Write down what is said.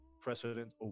president